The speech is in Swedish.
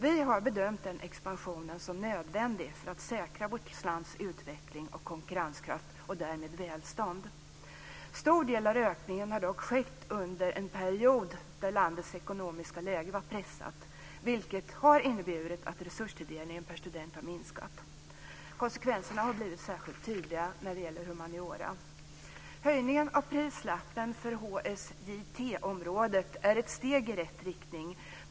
Vi har bedömt den expansionen som nödvändig för att säkra vårt lands utveckling och konkurrenskraft och därmed välstånd. En stor del av ökningen har dock skett under en period då landets ekonomiska läge var pressat, vilket har inneburit att resurstilldelningen per student har minskat. Konsekvenserna har blivit särskilt tydliga när det gäller humaniora. Höjningen på prislappen för HSJT-området är ett steg i rätt riktning.